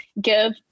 give